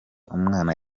umwana